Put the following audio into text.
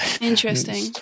Interesting